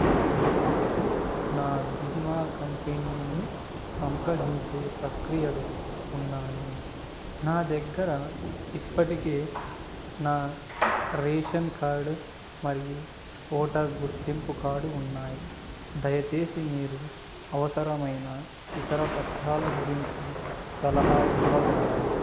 సూచిస్తూ నా బీమా కంపెనీని సంప్రదించే ప్రక్రియలో ఉన్నాను నా దగ్గర ఇప్పటికే నా రేషన్ కార్డు మరియు ఓటరు గుర్తింపు కార్డు ఉన్నాయి దయచేసి మీరు అవసరమైన ఇతర పత్రాల గురించి సలహా ఇవ్వగలరా